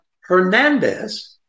Hernandez